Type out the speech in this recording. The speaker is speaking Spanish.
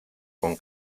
con